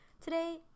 Today